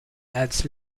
adds